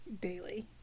daily